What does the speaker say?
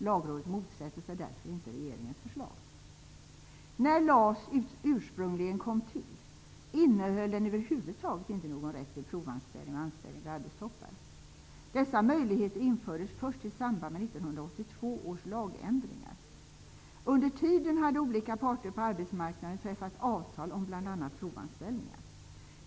Lagrådet motsätter sig därför inte regeringens förslag. När LAS ursprungligen kom till, innehöll den över huvud taget inte någon rätt till provanställning och anställning vid arbetstoppar. Dessa möjligheter infördes först i samband med 1982 års lagändringar. Under tiden hade olika parter på arbetsmarknaden träffat avtal om bl.a. provanställningar.